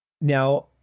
Now